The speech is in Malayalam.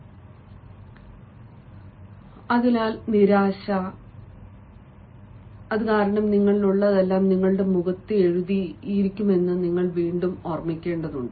അതിനാൽ റഫർ സമയം 0703 ഒരുതരം നിരാശ കാരണം നിങ്ങളുടെ ഉള്ളിലുള്ളതെല്ലാം നിങ്ങളുടെ മുഖത്ത് എഴുതിയതാണെന്ന് നിങ്ങൾ വീണ്ടും ഓർമ്മിക്കേണ്ടതുണ്ട്